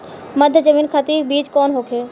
मध्य जमीन खातिर बीज कौन होखे?